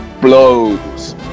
blows